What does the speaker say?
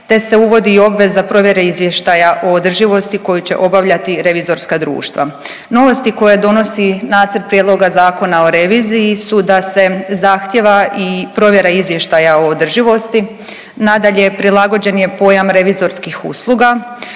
te se uvodi i obveza provedbe izvještaja o održivosti koju će obavljati revizorska društva. Novosti koje donosi nacrt Prijedloga Zakona o reviziji su da se zahtjeva i provjera izvještaja o održivosti. Nadalje, prilagođen je pojam revizorskih usluga,